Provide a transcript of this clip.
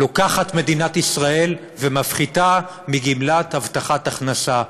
לוקחת מדינת ישראל ומפחיתה מגמלת הבטחת הכנסה.